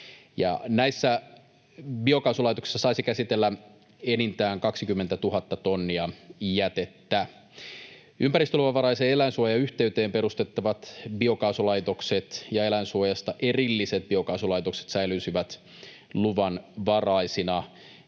Näissä biokaasulaitoksissa saisi käsitellä enintään 20 000 tonnia jätettä. Ympäristöluvanvaraisen eläinsuojan yhteyteen perustettavat biokaasulaitokset ja eläinsuojasta erilliset biokaasulaitokset säilyisivät luvanvaraisina.